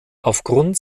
aufgrund